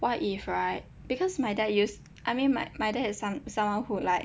what if right because my dad use I mean my my dad is some~ someone who like